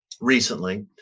recently